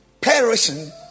Perishing